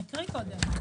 נקריא קודם.